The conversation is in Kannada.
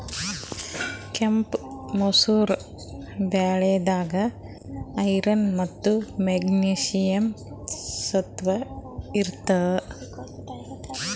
ಕೆಂಪ್ ಮಸೂರ್ ಬ್ಯಾಳಿದಾಗ್ ಐರನ್ ಮತ್ತ್ ಮೆಗ್ನೀಷಿಯಂ ಸತ್ವ ಇರ್ತವ್